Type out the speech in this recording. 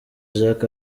jack